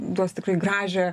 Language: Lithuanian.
duos tikrai gražią